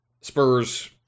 Spurs